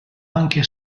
anche